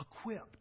equipped